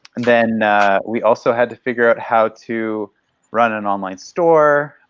then we also had to figure out how to run an online store,